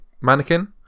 mannequin